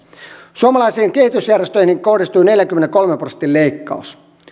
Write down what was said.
suomalaisiin kehitysjärjestöihin kohdistuu neljänkymmenenkolmen prosentin leikkaus